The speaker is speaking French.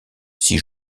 s’y